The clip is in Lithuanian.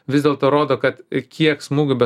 vis dėlto rodo kad kiek smūgių be